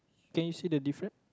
can you see the difference